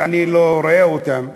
שאני לא רואה אותם.